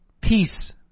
peace